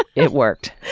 it worked.